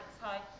hi